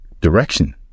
direction